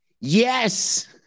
Yes